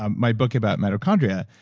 um my book about mitochondria,